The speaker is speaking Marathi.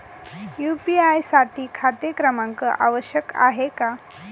यू.पी.आय साठी खाते क्रमांक आवश्यक आहे का?